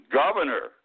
governor